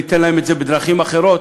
ניתן להם את זה בדרכים אחרות.